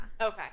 Okay